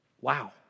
Wow